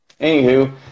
Anywho